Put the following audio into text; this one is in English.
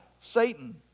Satan